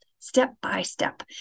step-by-step